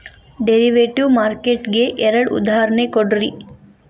derivative market ಗೆ ಎರಡ್ ಉದಾಹರ್ಣಿ ಕೊಡ್ರಿ